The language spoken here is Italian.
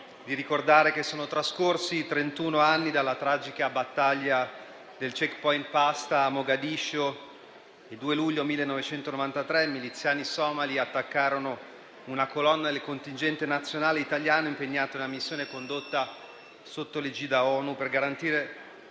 di ricordare che sono trascorsi trentuno anni dalla tragica battaglia del *checkpoint* Pasta a Mogadiscio. Il 2 luglio 1993 miliziani somali attaccarono una colonna del contingente nazionale italiano impegnato nella missione condotta sotto l'egida ONU, per garantire